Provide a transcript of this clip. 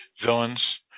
villains